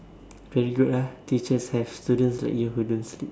very good ah teachers have students like you who don't sleep